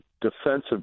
defensive